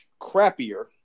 crappier